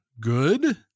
good